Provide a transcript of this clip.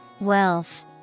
Wealth